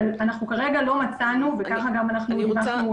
כרגע לא מצאנו לנכון וכך דיווחנו